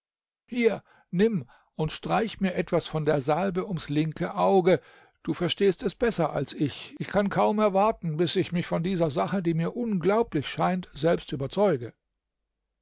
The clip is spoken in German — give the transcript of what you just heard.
hier nimm und streich mir etwas von der salbe ums linke auge du verstehst es besser als ich ich kann kaum erwarten bis ich mich von dieser sache die mir unglaublich scheint selbst überzeuge